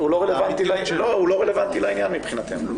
היא לא רלוונטית לעניין מבחינתנו.